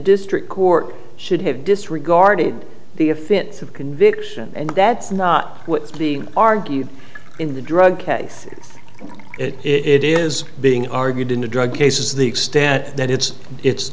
district court should have disregarded the a fit of conviction and that's not what the argued in the drug case it is being argued in the drug cases the extent that it's it's